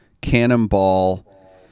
cannonball